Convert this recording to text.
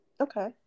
Okay